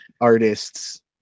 artist's